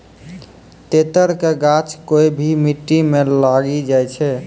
तेतर के गाछ कोय भी मिट्टी मॅ लागी जाय छै